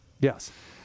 Yes